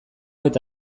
eta